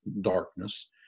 darkness